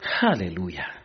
hallelujah